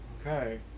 okay